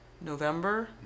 November